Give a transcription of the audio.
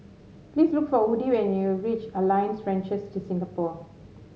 please look for Woody when you reach Alliance Francaise de Singapour